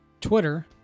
Twitter